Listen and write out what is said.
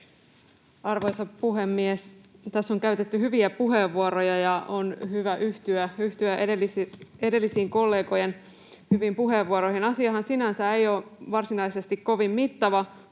Arvoisa puhemies! Tässä on käytetty hyviä puheenvuoroja, ja on hyvä yhtyä edellisten kollegojen hyviin puheenvuoroihin. Asiahan sinänsä ei ole varsinaisesti kovin mittava.